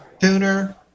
tuner